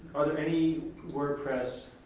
are there any wordpress